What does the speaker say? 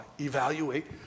Evaluate